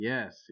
Yes